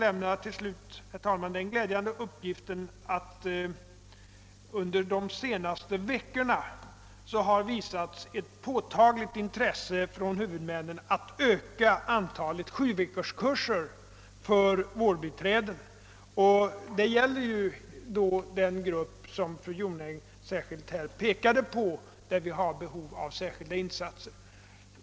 Jag kan till slut lämna den glädjande upplysningen att huvudmännen under de senaste veckorna visat ett påtagligt intresse för att öka antalet sjuveckorskurser för vårdbiträden. Detta gäller den grupp som fru Jonäng särskilt pekade på och som har behov av särskilda insatser.